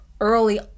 early